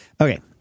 okay